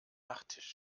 nachttisch